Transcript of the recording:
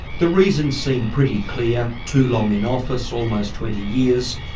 the reasons seem pretty clear too long in office, almost twenty years,